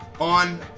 on